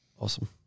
Awesome